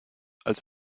als